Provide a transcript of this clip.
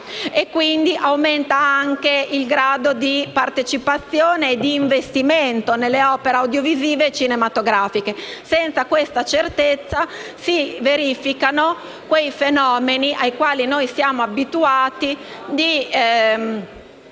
e quindi anche il grado di partecipazione e di investimento nelle opere audiovisive e cinematografiche. Senza questa certezza si verificano quei fenomeni, ai quali siamo abituati, di